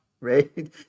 right